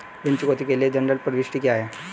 ऋण चुकौती के लिए जनरल प्रविष्टि क्या है?